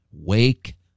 Wake